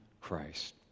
Christ